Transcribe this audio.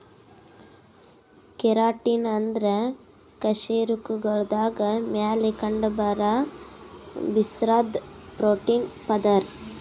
keratin ಅಂದ್ರ ಕಶೇರುಕಗಳ್ದಾಗ ಮ್ಯಾಲ್ ಕಂಡಬರಾ ಬಿರ್ಸಾದ್ ಪ್ರೋಟೀನ್ ಪದರ್